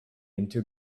into